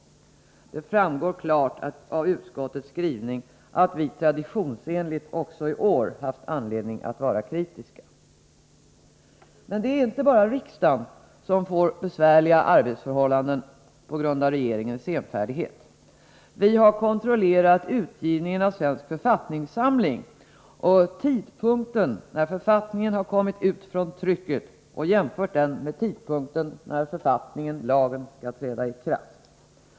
Det framgår klart av utskottets skrivning att vi ”traditionsenligt” också i år haft anledning att vara kritiska. Men det är inte bara riksdagen som får besvärliga arbetsförhållanden på grund av regeringens senfärdighet. Vi har kontrollerat utgivningen av Svensk författningssamling och tidpunkten då författningarna kommit ut från trycket och jämfört den med tidpunkten när författningen/lagen skall träda i kraft.